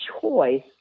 choice